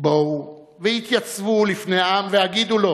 בואו והתייצבו לפני העם והגידו לו: